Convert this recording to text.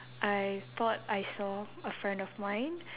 I thought I saw a friend of mine